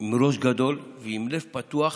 עם ראש גדול ועם לב פתוח: